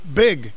big